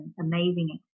amazing